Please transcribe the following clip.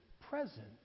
present